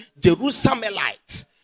Jerusalemites